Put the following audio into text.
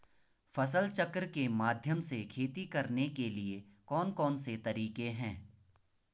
फसल चक्र के माध्यम से खेती करने के लिए कौन कौन से तरीके हैं?